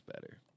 better